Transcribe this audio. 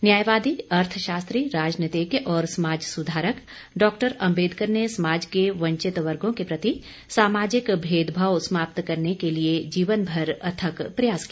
न्यायवादी अर्थशास्त्री राजनीतिज्ञ और समाज सुधारक डॉक्टर अम्बेदकर ने समाज के वंचित वर्गों के प्रति सामाजिक भेदभाव समाप्त करने के लिए जीवन भर अथक प्रयास किया